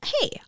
hey